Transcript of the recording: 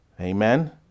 Amen